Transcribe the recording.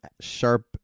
sharp